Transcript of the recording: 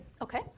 Okay